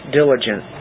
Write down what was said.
diligent